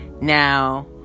Now